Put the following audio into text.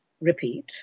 repeat